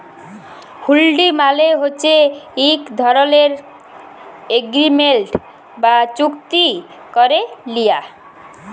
হুল্ডি মালে হছে ইক ধরলের এগ্রিমেল্ট বা চুক্তি ক্যারে লিয়া